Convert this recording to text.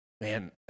Man